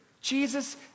Jesus